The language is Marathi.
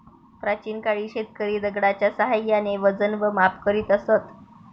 प्राचीन काळी शेतकरी दगडाच्या साहाय्याने वजन व माप करीत असत